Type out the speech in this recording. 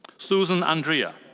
susan andriya.